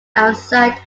outside